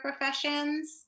professions